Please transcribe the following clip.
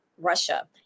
Russia